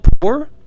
poor